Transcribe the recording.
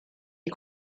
est